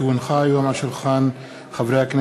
כי הונחה היום על שולחן הכנסת,